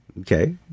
Okay